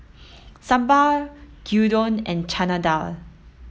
Sambar Gyudon and Chana Dal